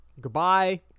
Goodbye